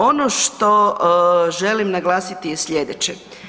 Ono što želim naglasiti je sljedeće.